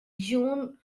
june